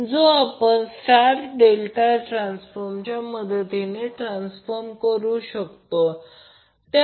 जो आपण star delta ट्रान्सफॉर्मच्या मदतीने ट्रान्सफॉर्म करू शकतो